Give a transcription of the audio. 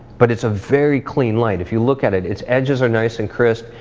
but it's a very clean light, if you look at it, it's edges are nice and crisp,